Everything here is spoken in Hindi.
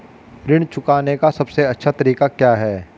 ऋण चुकाने का सबसे अच्छा तरीका क्या है?